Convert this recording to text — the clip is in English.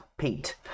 Pete